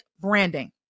branding